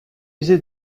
user